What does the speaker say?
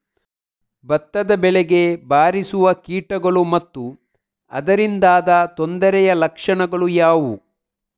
ಭತ್ತದ ಬೆಳೆಗೆ ಬಾರಿಸುವ ಕೀಟಗಳು ಮತ್ತು ಅದರಿಂದಾದ ತೊಂದರೆಯ ಲಕ್ಷಣಗಳು ಯಾವುವು?